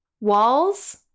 walls